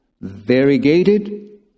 variegated